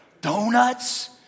Donuts